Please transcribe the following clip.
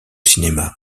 cinéma